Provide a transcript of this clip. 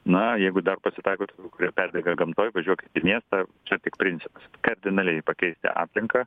na jeigu dar pasitaiko tokių kurie perdega gamtoje važiuokit į miestą čia tik principas kardinaliai pakeisti aplinką